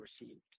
received